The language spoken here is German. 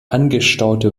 angestaute